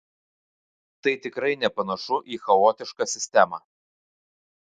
tai tikrai nepanašu į chaotišką sistemą